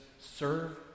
serve